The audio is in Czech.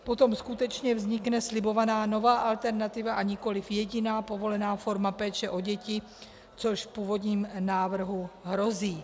Potom skutečně vznikne slibovaná nová alternativa, a nikoliv jediná povolená forma péče o děti, což v původním návrhu hrozí.